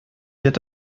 wird